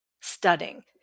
studying